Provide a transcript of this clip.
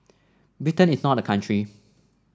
Britain is not a country